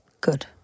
Good